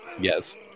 Yes